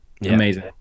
amazing